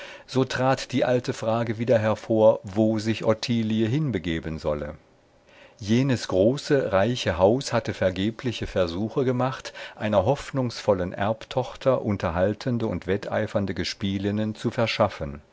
so trat die alte frage wieder hervor wo sich ottilie hinbegeben solle jenes große reiche haus hatte vergebliche versuche gemacht einer hoffnungsvollen erbtochter unterhaltende und wetteifernde gespielinnen zu verschaffen